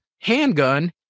handgun